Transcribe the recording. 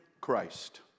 Christ